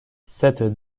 cette